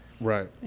Right